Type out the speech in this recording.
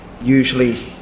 usually